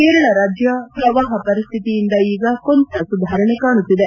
ಕೇರಳ ರಾಜ್ಯ ಪ್ರವಾಹ ಪರಿಸ್ಥಿತಿಯಿಂದ ಈಗ ಕೊಂಚ ಸುಧಾರಣೆ ಕಾಣುತ್ತಿದೆ